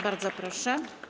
Bardzo proszę.